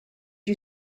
you